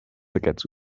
aquests